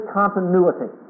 continuity